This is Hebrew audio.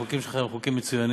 החוקים שלך הם חוקים מצוינים.